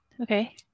Okay